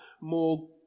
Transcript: more